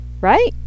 right